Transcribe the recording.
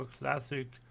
classic